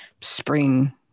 spring